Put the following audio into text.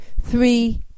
three